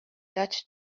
dutch